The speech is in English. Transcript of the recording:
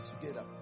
together